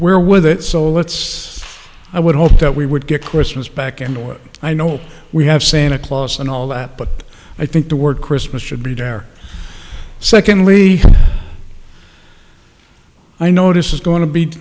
we're with it so let's i would hope that we would get christmas back and i know we have santa claus and all that but i think the word christmas should be there secondly i notice is going to be